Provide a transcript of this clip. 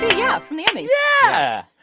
yeah, from the emmys yeah,